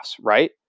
right